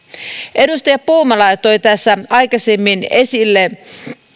edustaja puumala toi tässä aikaisemmin esille